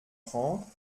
trente